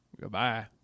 Goodbye